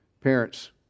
parents